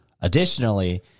additionally